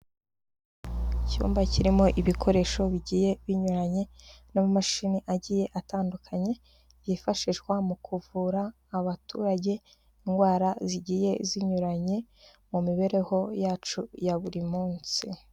Icyumba kirimo ibikoresho bigiye binyuranye n'amamashini agiye atandukanye, yifashishwa mu kuvura abaturage, indwara zigiye zinyuranye, mu mibereho yacu ya buri munsi.